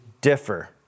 differ